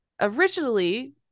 originally